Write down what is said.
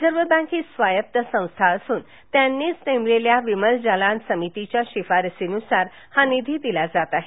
reserve bank ही स्वायत्त संस्था असून त्यांनीच नेमलेल्या विमल जालान समितीच्या शिफारसीनुसार हा निधी दिला जात आहे